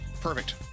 Perfect